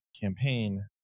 campaign